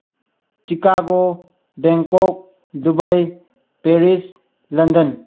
Chicago Bangkok Dubai Paris London